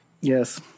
Yes